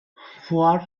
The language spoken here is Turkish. fuar